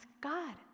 God